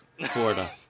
Florida